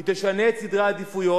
היא תשנה את סדרי העדיפויות.